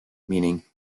meaning